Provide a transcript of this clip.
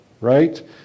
right